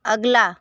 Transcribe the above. अगला